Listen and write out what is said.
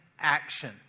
action